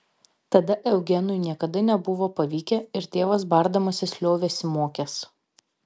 tada eugenui niekada nebuvo pavykę ir tėvas bardamasis liovėsi mokęs